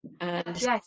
Yes